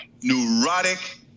neurotic